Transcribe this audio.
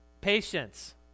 Patience